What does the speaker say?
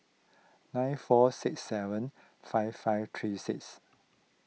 nine four six seven five five three six